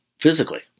physically